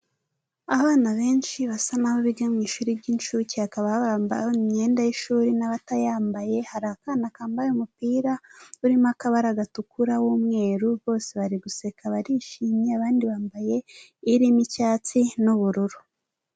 Abana benshi basa naho biga mu ishuri ry'incuke, hakaba hari abambaye imyenda y'ishuri n'abatayambaye, hari akana kambaye umupira urimo akabara gatukura w'umweru bose bari guseka barishimye, abandi bambaye irimo icyatsi n'ubururu.